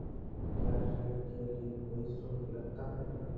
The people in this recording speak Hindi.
क्या ऋण के लिए कोई शुल्क लगता है?